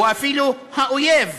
הוא אפילו האויב,